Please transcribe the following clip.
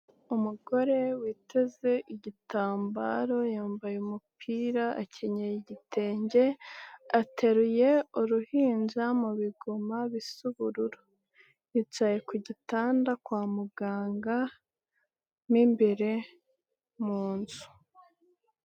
Umugore witeze igitambaro yambaye umupira akenyeye igitenge, ateruye uruhinja mu bigoma bisa ubururu, yicaye ku gitanda kwa muganga mo imbere mu nzu.